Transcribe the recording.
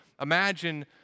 imagine